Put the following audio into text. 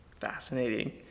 Fascinating